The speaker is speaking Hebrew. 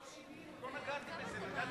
לא שינינו, לא נגעתי בזה.